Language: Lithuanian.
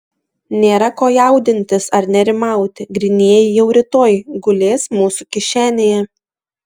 nėra ko jaudintis ar nerimauti grynieji jau rytoj gulės mūsų kišenėje